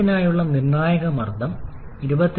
ജലത്തിനായുള്ള നിർണായക മർദ്ദം 22